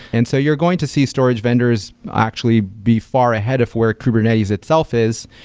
and so you're going to see storage vendors actually be far ahead of where kubernetes itself is,